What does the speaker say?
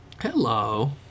hello